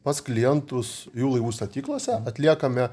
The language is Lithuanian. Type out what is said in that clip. pas klientus jų laivų statyklose atliekame